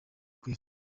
kwera